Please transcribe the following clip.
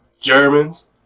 Germans